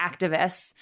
activists